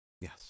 Yes